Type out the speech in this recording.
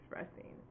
expressing